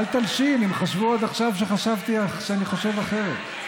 אל תלשין, הם חשבו עד עכשיו שאני חושב אחרת.